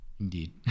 Indeed